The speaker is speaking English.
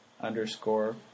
underscore